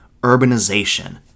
urbanization